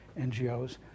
NGOs